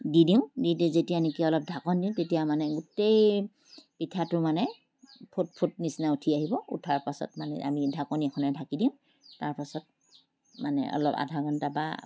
দি দিওঁ দি দি যেতিয়া নেকি অলপ ঢাকন দিওঁ তেতিয়া মানে গোটেই পিঠাটো মানে ফুট ফুট নিচিনা উঠি আহিব উঠাৰ পাছত মানে আমি ঢাকনি খনে ঢাকি দিওঁ তাৰপাছত মানে অলপ আধা ঘণ্টা বা